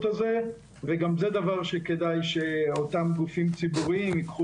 הזה וגם זה דבר שכדאי שאותם גופים ציבוריים ייקחו